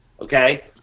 Okay